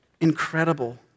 incredible